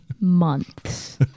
months